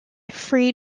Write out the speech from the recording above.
free